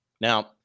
Now